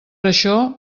això